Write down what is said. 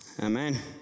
Amen